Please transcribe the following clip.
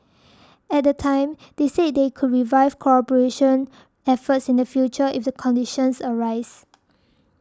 at the time they said they could revive cooperation efforts in the future if the conditions arise